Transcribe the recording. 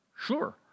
Sure